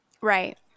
Right